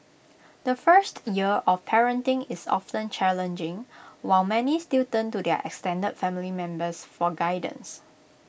the first year of parenting is often challenging while many still turn to their extended family members for guidance